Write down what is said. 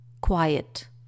quiet